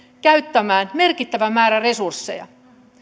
merkittävän määrän resursseja